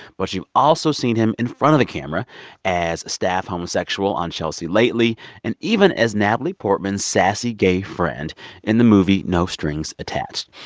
but you've also seen him in front of the camera as a staff homosexual on chelsea lately and even as natalie portman's sassy gay friend in the movie no strings attached.